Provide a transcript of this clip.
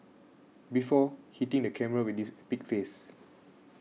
before hitting the camera with this epic face